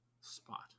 spot